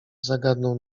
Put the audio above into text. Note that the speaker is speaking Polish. zagadnął